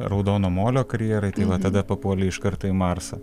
raudono molio karjerai tai va tada papuolė iš karto į marsą